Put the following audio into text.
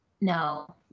No